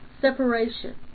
separation